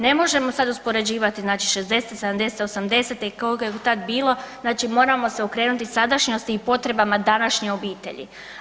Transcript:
Ne možemo sad uspoređivati znači '60., '70. i '80. i koga je tad bilo, znači moramo se okrenuti sadašnjosti i potrebama današnje obitelji.